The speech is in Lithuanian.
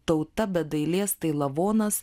tauta be dailės tai lavonas